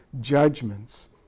judgments